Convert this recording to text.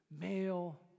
Male